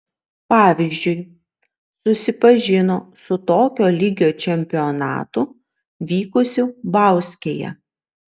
pavyzdžiui susipažino su tokio lygio čempionatu vykusiu bauskėje